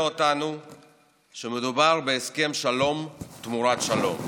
אותנו שמדובר בהסכם שלום תמורת שלום.